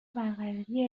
برقراری